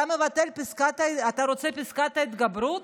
אתה רוצה את פסקת ההתגברות,